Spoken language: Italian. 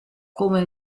come